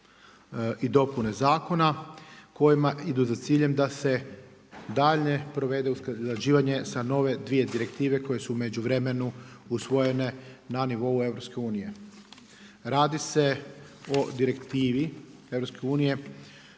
i dopune zakona kojima idu za ciljem da se daljnje provede usklađivanje sa nove dvije direktive koje su u međuvremenu usvojene na nivou EU. Radi se o direktivi EU